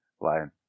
Lion